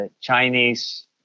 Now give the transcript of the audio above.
Chinese